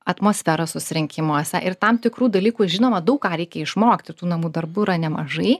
atmosferą susirinkimuose ir tam tikrų dalykų žinoma daug ką reikia išmokti ir tų namų darbų yra nemažai